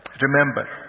Remember